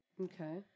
Okay